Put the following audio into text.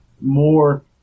more